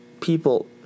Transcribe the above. people